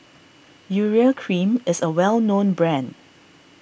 Urea Cream is a well known brand